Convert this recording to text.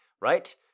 Right